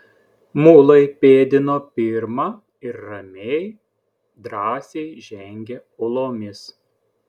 mulai pėdino pirma ir ramiai drąsiai žengė uolomis